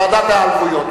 ועדת היעלבויות.